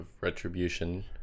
retribution